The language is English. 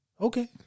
okay